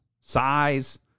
size